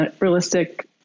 realistic